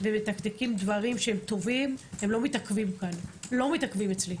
ומתקתקים דברים טובים ולא מתעכבים אצלי.